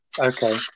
Okay